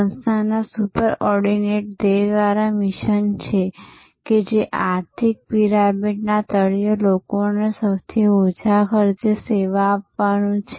સંસ્થાના superordinate ધ્યેય દ્વારા મિશન છે કે જે આર્થિક પિરામિડના તળિયે લોકોને સૌથી ઓછા ખર્ચે સેવા આપવાનું છે